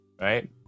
right